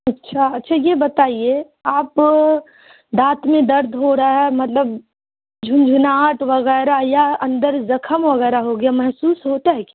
اچھا اچھا یہ بتائیے آپ دانت میں درد ہو رہا ہے مطلب جھنجھناہٹ وغیرہ یا اندر زخم وغیرہ ہو گیا محسوس ہوتا ہے کیا